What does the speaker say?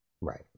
Right